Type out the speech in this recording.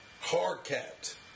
hard-capped